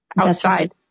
outside